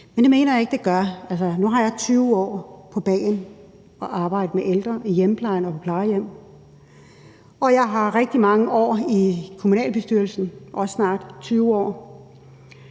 Men det mener jeg ikke det gør. Nu har jeg 20 år på bagen i forhold til at arbejde med ældre i hjemmeplejen og på plejehjem, og jeg har været rigtig mange år i kommunalbestyrelsen, også snart 20 år,